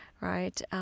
right